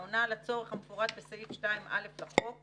העונה על הצורך המפורט בסעיף 2(א) לחוק,